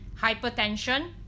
hypertension